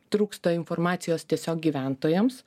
trūksta informacijos tiesiog gyventojams